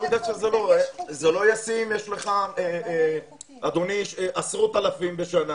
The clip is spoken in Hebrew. יש לך עשרות אלפים בשנה.